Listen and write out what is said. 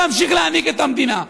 להמשיך להנהיג את המדינה.